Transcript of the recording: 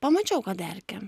pamačiau kad erkė